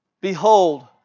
Behold